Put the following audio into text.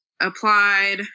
applied